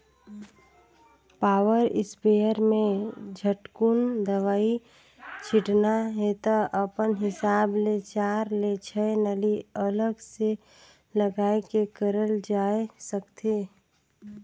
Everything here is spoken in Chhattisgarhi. पावर स्पेयर में झटकुन दवई छिटना हे त अपन हिसाब ले चार ले छै नली अलग से लगाये के करल जाए सकथे